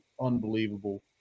unbelievable